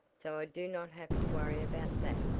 so i do not have to worry about that.